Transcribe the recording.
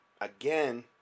again